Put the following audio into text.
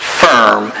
firm